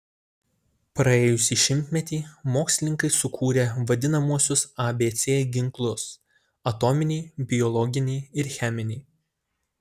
praėjusį šimtmetį mokslininkai sukūrė vadinamuosius abc ginklus atominį biologinį ir cheminį